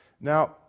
Now